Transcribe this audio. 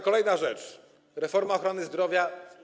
Kolejna rzecz: reforma ochrony zdrowia.